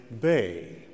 bay